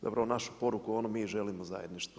Zapravo našu poruku ono mi želimo zajedništvo.